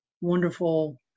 wonderful